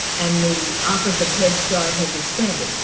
and the office of head start has expanded.